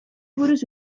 buruz